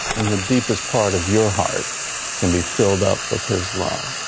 and the deepest part of your heart can be filled up with his love.